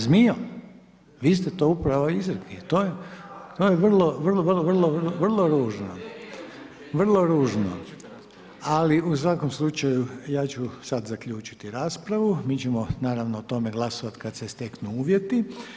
Sa zmijom, vi ste to upravo izrekli i to je vrlo vrlo ružno, ali u svakom slučaju ja ću sada zaključiti raspravu, mi ćemo naravno o tome glasovati kada se steknu uvjeti.